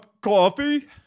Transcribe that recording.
coffee